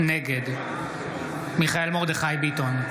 נגד מיכאל מרדכי ביטון,